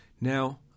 Now